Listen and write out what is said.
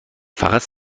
فقط